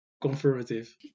confirmative